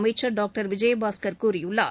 அமைச்சர் டாக்டர் விஜயபாஸ்கர் கூறியுள்ளார்